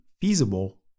feasible